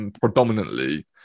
predominantly